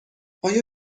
آیا